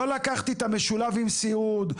לא לקחתי את המשולב עם סיעוד,